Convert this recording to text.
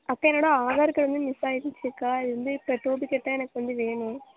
அக்கா என்னோடய ஆதார் கார்டு வந்து மிஸ் ஆயிடுச்சுக்கா இது வந்து இப்போ டூப்ளிகேட்டாக எனக்கு வந்து வேணும்